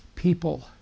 people